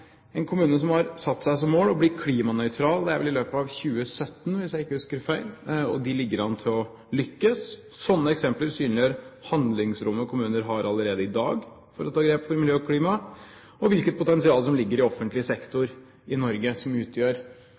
en kommune som har satt seg som mål å bli klimanøytral i løpet av 2017, hvis jeg ikke husker feil, og de ligger an til å lykkes. Sånne eksempler synliggjør handlingsrommet kommuner har allerede i dag for å ta grep for miljø og klima, og hvilket potensial som ligger i offentlig sektor i Norge, som utgjør